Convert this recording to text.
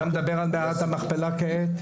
אתה מדבר על מערת המכפלה כעת?